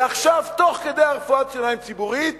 ועכשיו תוך כדי רפואת השיניים הציבורית